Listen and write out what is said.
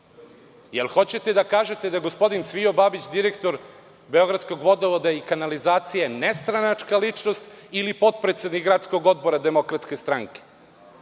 Hoćete li da kažete da je gospodin Cvijo Babić direktor Beogradskog vodovoda i kanalizacije nestranačka ličnost ili potpredsednik Gradskog odbora DS? Ni kafe-kuvarice